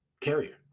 carrier